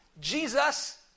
Jesus